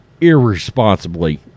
irresponsibly